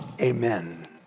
amen